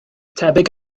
tebyg